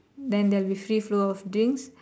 then there'll be free flow of drinks